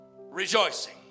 rejoicing